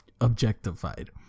objectified